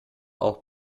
auch